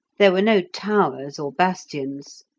there were no towers or bastions.